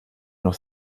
noch